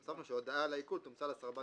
והוספנו שהודעה על העיקול תומצא לסרבן